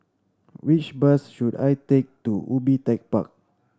which bus should I take to Ubi Tech Park